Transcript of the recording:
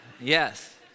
Yes